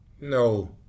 no